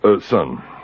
Son